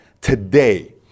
today